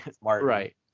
Right